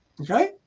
okay